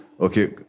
Okay